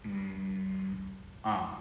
mm ah